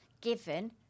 given